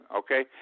okay